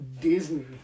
Disney